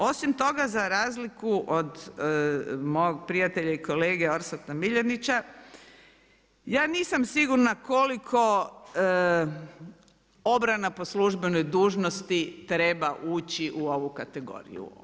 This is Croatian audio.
Osim toga za razliku od mog prijatelja i kolege Orsata Miljenića, ja nisam sigurna koliko obrana po službenoj dužnosti treba ući u ovu kategoriju.